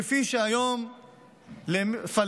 כפי שהיום פלסטיני